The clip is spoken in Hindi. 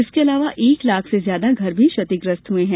इसके अलावा एक लाख से ज्यादा घर भी क्षतिग्रस्त हुए हैं